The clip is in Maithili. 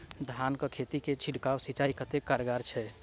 धान कऽ खेती लेल छिड़काव सिंचाई कतेक कारगर छै?